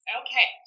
okay